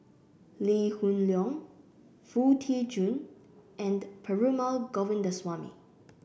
Lee Hoon Leong Foo Tee Jun and Perumal Govindaswamy